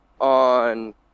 on